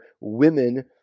women